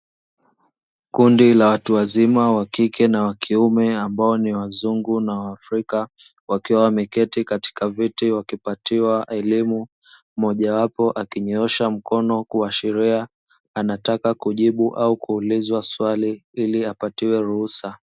Kundi la watu wazima wa kike na wa kiume ambao ni wazungu na waafrika wakiwa wameketi katika viti wakipatiwa elimu; mmojawapo akinyoosha mkono kuashiria anataka kujibu au kuulizwa swali ili apatiwe ruhusa.